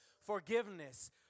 forgiveness